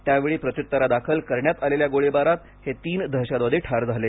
त्यावेळी प्रत्युत्तरादाखल करण्यात आलेल्या गोळीबारात हे तीन दहशतवादी ठार झाले